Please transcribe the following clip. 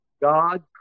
God